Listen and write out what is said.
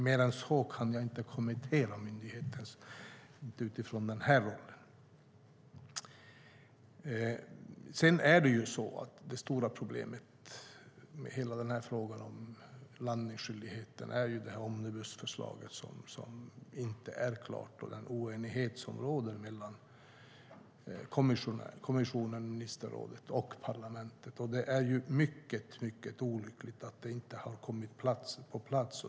Mer än så kan jag inte kommentera myndigheten utifrån min roll. Det stora problemet i frågan om landningsskyldigheten är omnibusförslaget som inte är klart och den oenighet som råder mellan kommissionen, ministerrådet och parlamentet. Det är mycket olyckligt att det inte har kommit på plats.